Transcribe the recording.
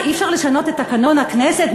מה, אי-אפשר לשנות את תקנון הכנסת?